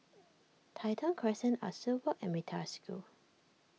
Tai Thong Crescent Ah Soo Walk and Metta School